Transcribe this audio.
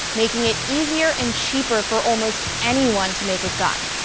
making it easier and cheaper for almost anyone to make a gun.